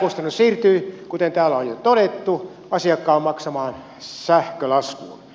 lisäkustannus siirtyy kuten täällä on jo todettu asiakkaan maksamaan sähkölaskuun